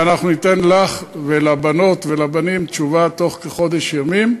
אנחנו ניתן לך ולבנות ולבנים תשובה בתוך כחודש ימים,